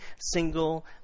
single